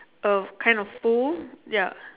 oh kind of full ya